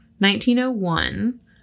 1901